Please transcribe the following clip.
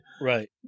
Right